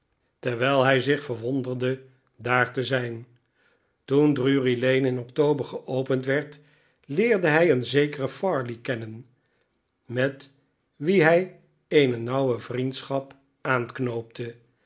terwijl hij zich verwonderde daar te zijn toen drury-lane in october geopend werd leerde hij een zekeren farley kennen met wien hij eene nauwe vriendschap aanknoopte